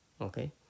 Okay